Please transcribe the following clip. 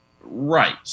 right